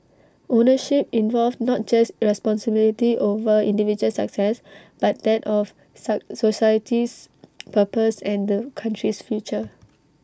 ownership involved not just responsibility over individual success but that of society's purpose and the country's future